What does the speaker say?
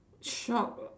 shock